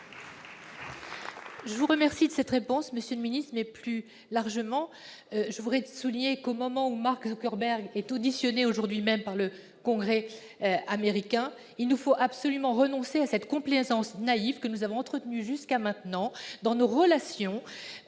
Je vous remercie de cette réponse, monsieur le ministre. Plus largement, je veux souligner que, au moment même où Marc Zuckerberg est auditionné par le Congrès américain, il nous faut absolument renoncer à cette complaisance naïve que nous avons entretenue jusqu'à maintenant dans nos relations